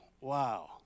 Wow